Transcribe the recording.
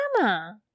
Mama